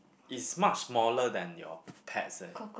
is much smaller than your pets eh